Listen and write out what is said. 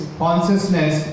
consciousness